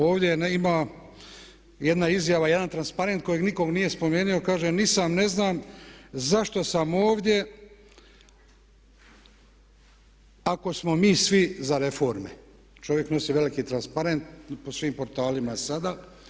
Ovdje ima jedna izjava, jedan transparent kojeg nitko nije spomenuo kaže „Ni sam ne znam zašto sam ovdje, ako smo mi svi za reforme.“ Čovjek nosi veliki transparent po svim portalima je sada.